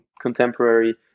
contemporary